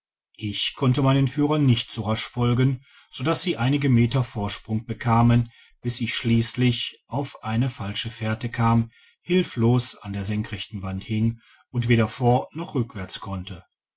google te meinen führern nicht so rasch folgen sodass sie einige meter vorsprung bekamen bis ich schlieslich auf eine falsche fährte kam hilflos an der senkrechten wand hing und weder vor noch rückwärts konnte